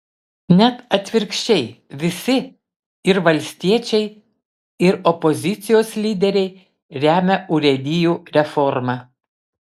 net atvirkščiai visi ir valstiečiai ir opozicijos lyderiai remia urėdijų reformą